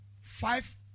five